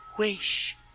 wish